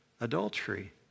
adultery